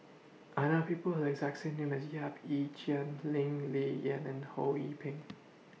I know People The exact same name as Yap Ee Chian Lee Ling Yen and Ho Yee Ping